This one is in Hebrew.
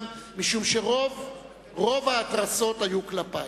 משום שרוב ההתרסות היו כלפי.